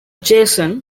jason